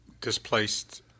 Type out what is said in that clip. Displaced